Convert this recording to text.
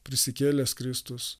prisikėlęs kristus